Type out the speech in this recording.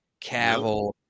Cavill